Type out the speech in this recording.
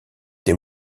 des